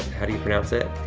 how do you pronounce it?